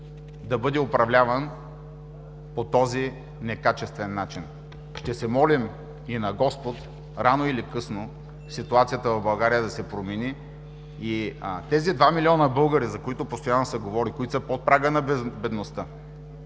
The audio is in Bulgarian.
да бъде управляван по този некачествен начин. Ще се молим и на господ рано или късно ситуацията в България да се промени и тези два милиона българи, за които постоянно се говори, които са под прага на бедността,